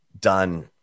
done